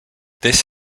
this